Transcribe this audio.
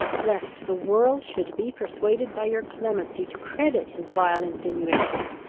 lest the world should be persuaded by your clemency to credit his vile insinuations.